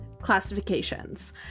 classifications